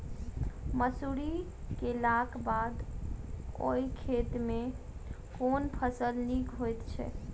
मसूरी केलाक बाद ओई खेत मे केँ फसल नीक होइत छै?